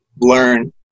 learn